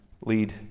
lead